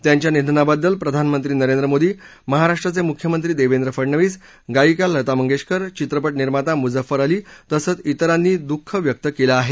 त्यांच्या निधनाबद्दल प्रधानमंत्री नरेंद्र मोदी महाराष्ट्राचे मुख्यमंत्री देवेंद्र फडनवीस गायिका लता मंगेशकर चित्रपट निर्माता मुज्जफर अली तसंच त्रिरांनी दुःख व्यक्त केलं आहे